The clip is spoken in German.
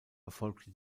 erfolgte